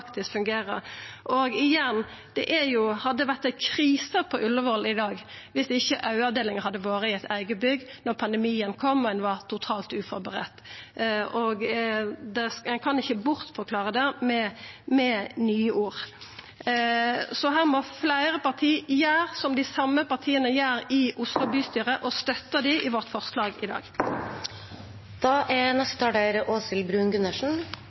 fungerer. Og igjen, det hadde vore krise på Ullevål i dag dersom ikkje augeavdelinga hadde vore i eit eige bygg da pandemien kom og ein ikkje var førebudd i det heile. Ein kan ikkje bortforklara det med nye ord. Så her må fleire parti gjera som dei same partia gjer i Oslo bystyre, og støtta dei gjennom vårt forslag i